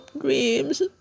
dreams